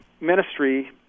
ministry